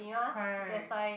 correct